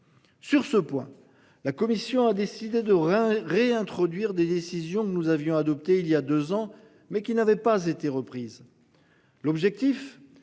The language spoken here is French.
Sur ce point. La commission a décidé de rein réintroduire des décisions que nous avions adopté il y a 2 ans mais qui n'avait pas été reprise. L'objectif